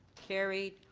carried.